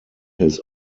his